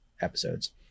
episodes